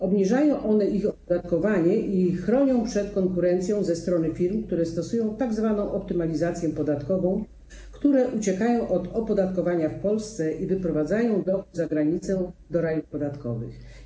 Obniżają one ich opodatkowanie i chronią przed konkurencją ze strony firm, które stosują tzw. optymalizację podatkową, które uciekają od opodatkowania w Polsce i wyprowadzają dochód za granicę do rajów podatkowych.